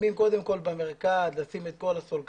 קודם כל מסיימים במרכז, לשים את כל הסולקנים,